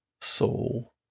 soul